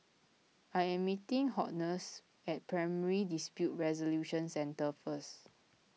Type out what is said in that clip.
I am meeting Hortense at Primary Dispute Resolution Centre first